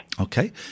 Okay